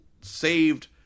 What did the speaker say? saved